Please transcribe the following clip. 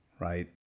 right